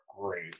great